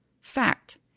fact